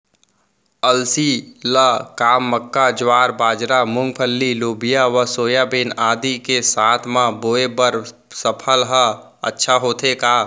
अलसी ल का मक्का, ज्वार, बाजरा, मूंगफली, लोबिया व सोयाबीन आदि के साथ म बोये बर सफल ह अच्छा होथे का?